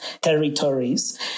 territories